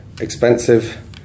expensive